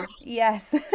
Yes